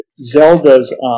Zelda's